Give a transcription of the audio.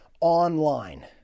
online